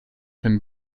pin